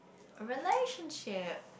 relationship